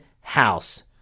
house